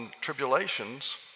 tribulations